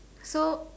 so